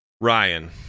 Ryan